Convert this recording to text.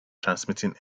transmitting